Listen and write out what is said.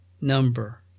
number